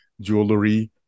jewelry